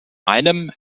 einem